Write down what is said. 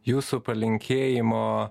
jūsų palinkėjimo